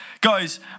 Guys